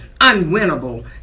unwinnable